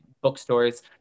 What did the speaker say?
bookstores